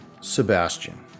Sebastian